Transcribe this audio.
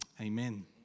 Amen